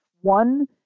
One